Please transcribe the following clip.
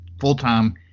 full-time